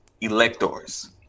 electors